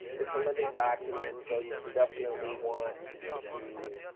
it's a living document, so you you definitely want to,